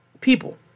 people